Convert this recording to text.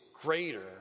greater